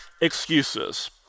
excuses